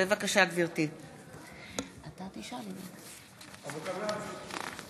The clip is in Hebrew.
מצביעה רבותיי חברי הכנסת, האם יש מישהו